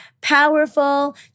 powerful